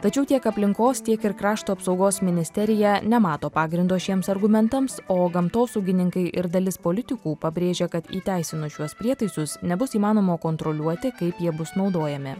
tačiau tiek aplinkos tiek ir krašto apsaugos ministerija nemato pagrindo šiems argumentams o gamtosaugininkai ir dalis politikų pabrėžia kad įteisinus šiuos prietaisus nebus įmanoma kontroliuoti kaip jie bus naudojami